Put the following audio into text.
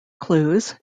clues